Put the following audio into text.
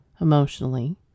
Emotionally